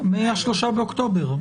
מה-3 באוקטובר.